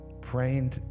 praying